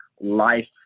life